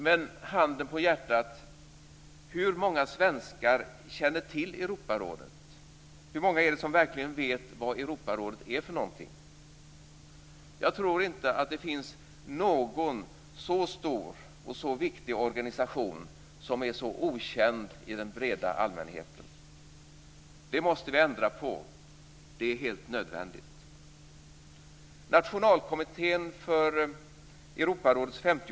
Men handen på hjärtat - hur många svenskar känner till Europarådet? Hur många är det som verkligen vet vad Europarådet är för någonting? Jag tror inte att det finns någon så stor och så viktig organisation som är så okänd för den breda allmänheten. Det måste vi ändra på. Det är helt nödvändigt.